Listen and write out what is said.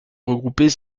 regrouper